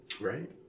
Right